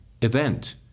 event